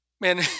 man